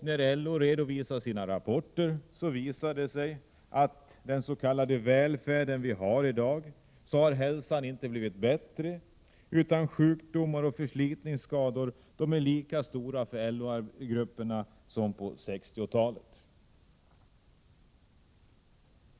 När LO redovisar sina rapporter visar det sig att den s.k. välfärd vi har i dag inte har medfört att hälsan har blivit bättre, utan sjukdomar och förslitningsskador är lika stora hos LO-grupperna som på 1960-talet.